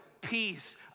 peace